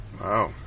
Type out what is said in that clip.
Wow